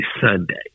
Sunday